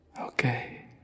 Okay